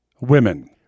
women